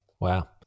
Wow